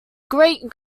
great